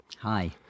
Hi